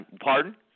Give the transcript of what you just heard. Pardon